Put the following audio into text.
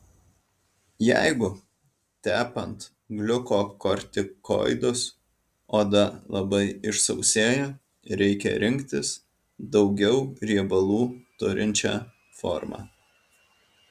jeigu tepant gliukokortikoidus oda labai išsausėja reikia rinktis daugiau riebalų turinčią formą